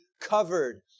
covered